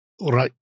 Right